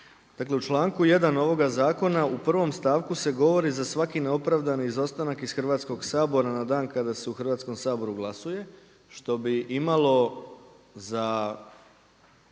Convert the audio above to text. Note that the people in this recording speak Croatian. Dakle u članku 1. ovoga Zakona u prvom stavku se govori za svaki neopravdani izostanak iz Hrvatskoga sabora na dan kada se u Hrvatskom saboru glasuje, što bi imalo za